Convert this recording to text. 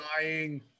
dying